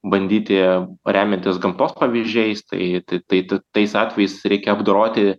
bandyti remiantis gamtos pavyzdžiais tai tai tai tais atvejais reikia apdoroti